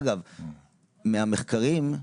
אגב, מהמחקרים,